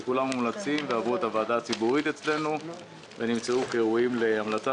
שכולם מומלצים ועברו את הוועדה הציבורית אצלנו ונמצאו כראויים להמלצה